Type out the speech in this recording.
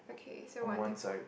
on one side